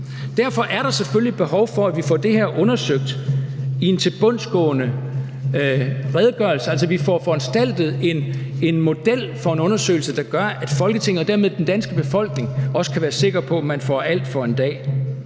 Derfor er der selvfølgelig et behov for, at vi får det her undersøgt i en tilbundsgående redegørelse, altså at vi får foranstaltet en model for en undersøgelse, der gør, at Folketinget og dermed den danske befolkning også kan være sikker på, at alt kommer for en dag,